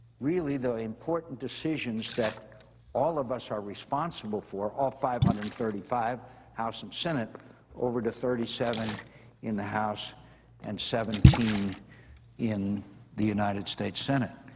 really the important decisions that all of us are responsible for, all five hundred and thirty five house and senate over to thirty seven in the house and seventeen in the united states senate.